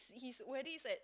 is where it is at